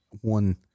one